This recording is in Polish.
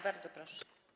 Bardzo proszę.